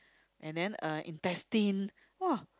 and then uh intestine !wah!